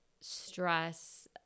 stress